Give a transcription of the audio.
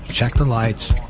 check the lights,